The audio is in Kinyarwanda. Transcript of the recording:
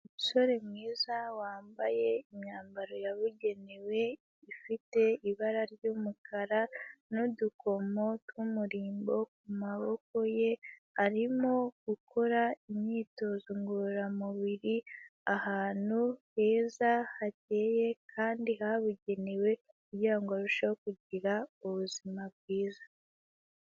Umusore mwiza wambaye imyambaro yabugenewe, ifite ibara ry'umukara n'udukomo tw'umurimbo ku maboko ye, arimo gukora imyitozo ngororamubiri ahantu heza hakeye kandi habugenewe kugira ngo arusheho kugira ubuzima bwiza.